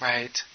Right